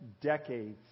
decades